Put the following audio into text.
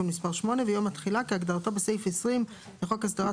מס' 8); "יום התחילה" כהגדרתו בסעיף 20 לחוק הסדרת